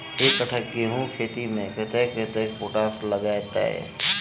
एक कट्ठा गेंहूँ खेती मे कतेक कतेक पोटाश लागतै?